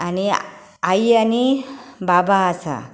आनी आई आनी बाबा आसा